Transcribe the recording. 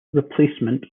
replacement